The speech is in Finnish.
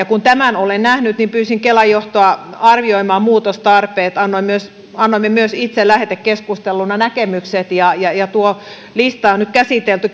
kun tämän olen nähnyt niin pyysin kelan johtoa arvioimaan muutostarpeet annamme myös annamme myös itse lähetekeskusteluna näkemykset tuo lista on nyt käsitelty